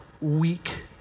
weak